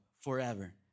forever